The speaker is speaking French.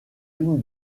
l’une